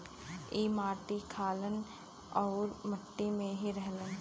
ई मट्टी खालन आउर मट्टी में ही रहलन